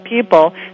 people